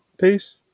Peace